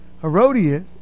Herodias